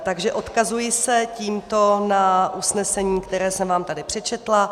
Takže odkazuji se tímto na usnesení, které jsem vám tady přečetla.